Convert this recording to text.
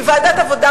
כי ועדת העבודה,